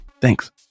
Thanks